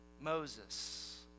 Moses